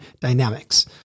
dynamics